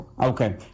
okay